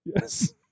Yes